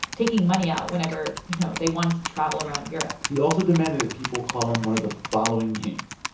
taking money out whenever, you know, they wanted to travel around europe he also demanded that people call him one of the following names.